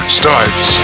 starts